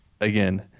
Again